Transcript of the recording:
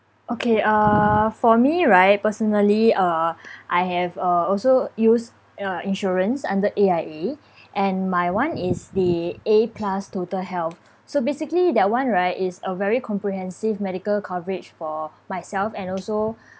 okay uh for me right personally uh I have uh also use uh insurance under A_I_A and my one is the A plus total health so basically that one right is a very comprehensive medical coverage for myself and also